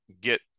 get